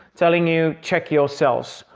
telling you check your cells.